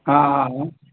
हा हा